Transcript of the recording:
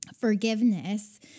Forgiveness